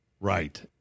Right